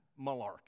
malarkey